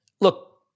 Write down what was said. look